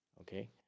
okay